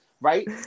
right